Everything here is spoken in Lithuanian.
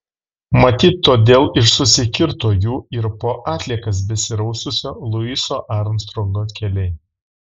matyt todėl ir susikirto jų ir po atliekas besiraususio luiso armstrongo keliai